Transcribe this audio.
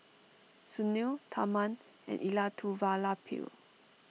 Sunil Tharman and Elattuvalapil